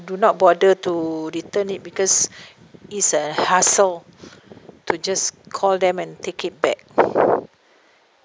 do not bother to return it because it's a hassle to just call them and take it back